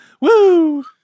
Woo